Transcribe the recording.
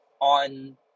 on